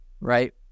Right